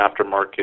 aftermarket